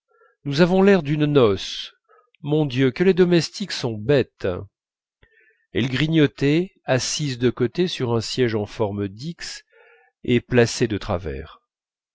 nous avons l'air d'une noce mon dieu que les domestiques sont bêtes elle grignotait assise de côté sur un siège en forme d'x et placé de travers